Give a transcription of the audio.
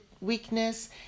weakness